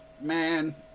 man